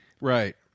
Right